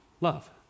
love